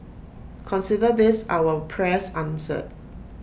consider this our prayers answered